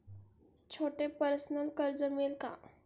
छोटे पर्सनल कर्ज मिळेल का?